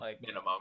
minimum